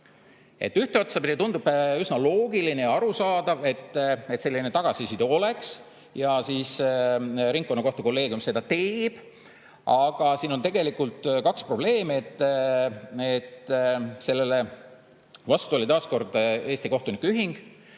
Ühte otsa pidi tundub üsna loogiline ja arusaadav, et selline tagasiside oleks ja ringkonnakohtu kolleegium seda [annaks]. Aga siin on tegelikult kaks probleemi. Sellele vastu oli taas kord Eesti Kohtunike Ühing,